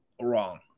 wrong